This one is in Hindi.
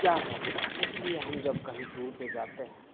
क्या है इसलिए हम जब कहीं टूर पर जाते हैं